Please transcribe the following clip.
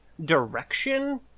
direction